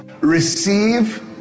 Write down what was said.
receive